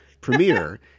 premiere